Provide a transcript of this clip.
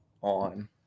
on –